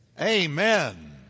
Amen